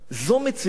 זו מציאות.